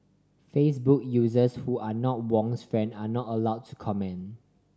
Facebook users who are not Wong's friend are not allow to comment